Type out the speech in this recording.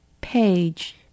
Page